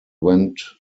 went